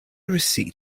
receipt